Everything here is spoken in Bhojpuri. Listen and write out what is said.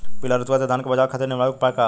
पीला रतुआ से धान बचावे खातिर निवारक उपाय का ह?